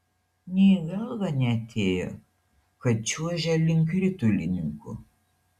nė į galvą neatėjo kad čiuožia link ritulininkų